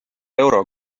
euro